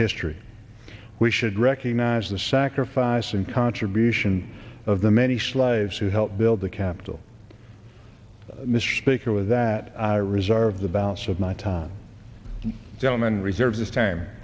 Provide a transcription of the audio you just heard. history we should recognize the sacrifice and contribution of the many slaves who helped build the capitol mr speaker with that i reserve the balance of my time gentleman reserves this t